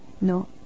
No